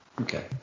Okay